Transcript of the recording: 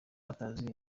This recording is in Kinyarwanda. utazi